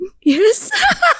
Yes